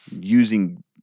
using